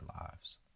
lives